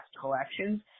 collections